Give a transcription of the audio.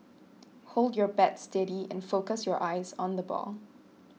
hold your bat steady and focus your eyes on the ball